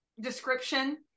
description